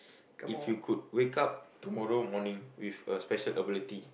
if you could wake up tomorrow morning with a special ability